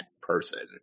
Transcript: person